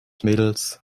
mädels